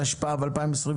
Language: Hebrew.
התשפ"ב-2022.